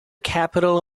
capital